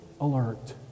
alert